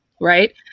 right